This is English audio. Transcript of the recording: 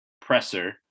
presser